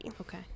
okay